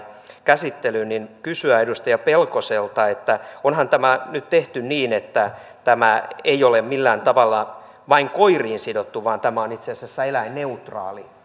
käsittelyyn kysyä edustaja pelkoselta että onhan tämä nyt tehty niin että tämä ei ole millään tavalla vain koiriin sidottu vaan tämä on itse asiassa eläinneutraali